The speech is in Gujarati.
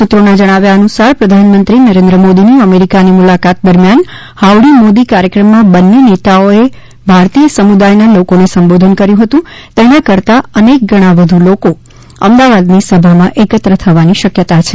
સૂત્રોના જણાવ્યા અનુસાર પ્રધાન મંત્રી નરેન્દ્ર મોદીની અમેરિકાની મુલાકાત દરમિયાન હાઉડી મોદી કાર્ચક્રમમાં બંને નેતાઓએ ભારતીય સમુદાયના લોકોને સંબોધન કર્યું હતું તેના કરતા અનેક ગણા વધુ લોકો અમદાવાદની સભામાં એકત્ર થવાની શક્યતા છે